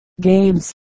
games